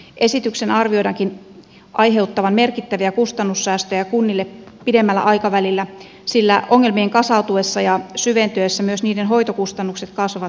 esityksen arvioidaankin aiheuttavan merkittäviä kustannussäästöjä kunnille pidemmällä aikavälillä sillä ongelmien kasautuessa ja syventyessä myös niiden hoitokustannukset kasvavat merkittävästi